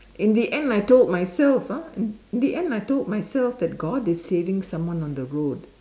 in the end I told myself ah in the end I told myself that God is saving someone on the road